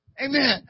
Amen